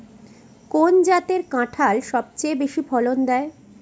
কোন জাতের কাঁঠাল সবচেয়ে বেশি ফলন দেয়?